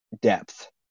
depth